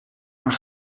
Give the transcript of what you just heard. aan